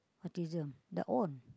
autism dah on